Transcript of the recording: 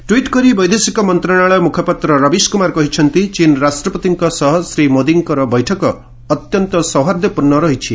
tweet କରି ବୈଦେଶିକ ମନ୍ତ୍ରଣାଳୟ ମୁଖପାତ୍ର ରବିଶ କୁମାର କହିଛନ୍ତି ଚୀନ୍ ରାଷ୍ଟ୍ରପତିଙ୍କ ସହ ଶ୍ରୀ ମୋଦୀଙ୍କର ବୈଠକ ଅତ୍ୟନ୍ତ ସୌହାର୍ଦ୍ଦ୍ୟପୂର୍୍ଣ ରହିଛି